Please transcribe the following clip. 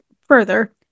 further